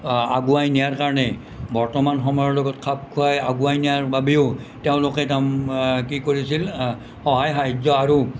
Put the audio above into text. আগুৱাই নিয়াৰ কাৰণে বৰ্তমান সময়ৰ লগত খাপ খুৱাই আগুৱাই নিয়াৰ বাবেও তেওঁলোকে তাৰমানে কি কৰিছিল সহায় সাহায্য আৰু